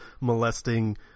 molesting